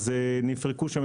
אז נפרקו שם.